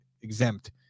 exempt